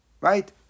Right